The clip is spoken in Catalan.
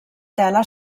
tela